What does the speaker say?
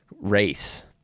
race